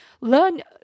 learn